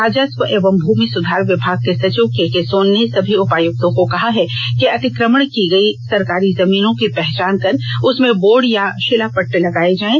राजस्व एवं भ्रमि सुधार विभाग के सचिव केके सोन ने सभी उपायुक्तों को कहा है कि अतिक्रमण की गई सरकारी जमीनों की पहचान कर उसमें बोर्ड या षिलापट्ट लगाए जाएं